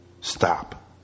stop